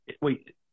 wait